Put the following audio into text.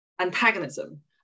antagonism